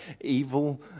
evil